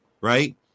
right